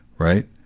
right?